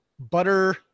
butter